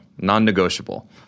Non-negotiable